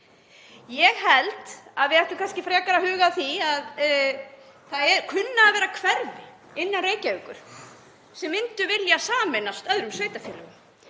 Ég held að við ættum kannski frekar að huga að því að það kunni að vera hverfi innan Reykjavíkur sem myndu vilja sameinast öðrum sveitarfélögum.